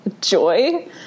joy